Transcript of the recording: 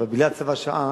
אבל בגלל צו השעה